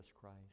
Christ